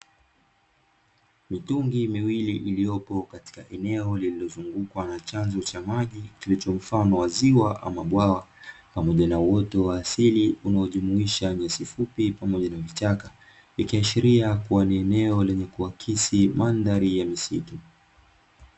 Mitubwi miwili iliyopo katika eneo lililozungukwa na chanzo cha maji kilicho mfano wa ziwa ama bwawa, pamoja na uoto wa asili unaojumuisha nyasi fupi pamoja na vichaka ikiashiria kuwa ni eneo lenye kuakisi mandhari ya misitu.